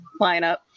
lineup